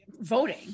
voting